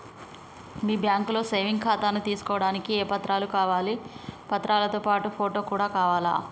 మీ బ్యాంకులో సేవింగ్ ఖాతాను తీసుకోవడానికి ఏ ఏ పత్రాలు కావాలి పత్రాలతో పాటు ఫోటో కూడా కావాలా?